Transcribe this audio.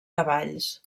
cavalls